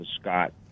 Scott